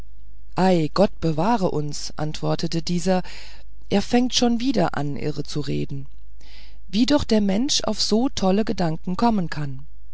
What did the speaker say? gott bewahre uns antwortete dieser er fängt schon wieder an irre zu reden wie doch der mensch auf so tolle gedanken kommen kann